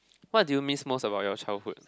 what do you miss most about your childhood